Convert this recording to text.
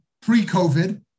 pre-COVID